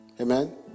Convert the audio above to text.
Amen